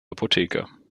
apotheker